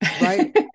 right